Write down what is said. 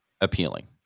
appealing